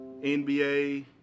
NBA